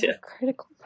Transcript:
Critical